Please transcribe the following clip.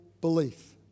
Belief